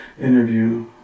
interview